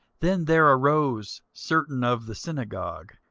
then there arose certain of the synagogue,